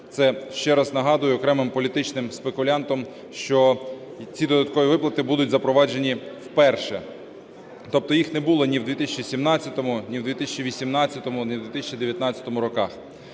Це, ще раз нагадую окремим політичним спекулянтам, що ці додаткові виплати будуть запроваджені вперше, тобто їх не було ні в 2017-му, ні в 2018-му, ні в 2019 роках.